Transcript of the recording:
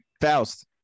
Faust